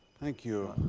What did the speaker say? thank you.